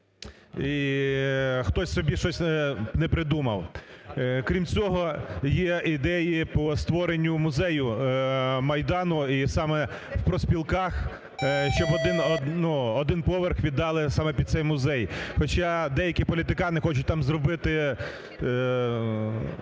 і хтось собі щось не придумав. Крім цього, є ідеї по створенню музею Майдану і саме в профспілках, щоб один поверх віддали саме під цей музей. Хоча деякі політикани хочуть там зробити,